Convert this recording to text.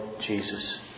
Jesus